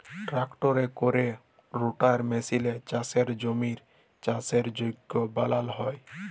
ট্রাক্টরে ক্যরে রোটাটার মেসিলে চাষের জমির চাষের যগ্য বালাল হ্যয়